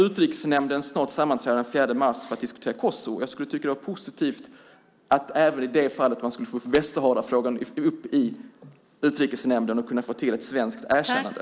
Utrikesnämnden sammanträder den 4 mars för att diskutera Kosovo. Det vore positivt om man då även tog upp Västsaharafrågan och fick ett svenskt erkännande.